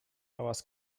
hałas